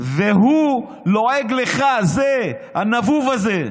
והוא לועג לך, זה, הנבוב הזה.